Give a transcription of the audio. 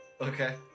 okay